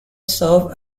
serve